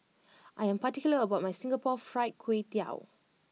I am particular about my Singapore Fried Kway Tiao